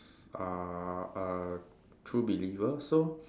are err true believers so